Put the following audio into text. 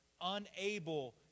unable